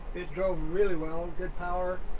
it drove really well. good power,